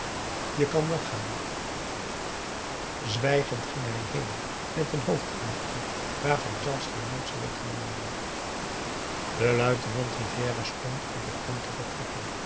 je kan wel weggaan zwijgend ging hij heen met een hoofdknikje waarvan zelfs geen notitie werd genomen de luitenant rivière stond op het punt te vertrekken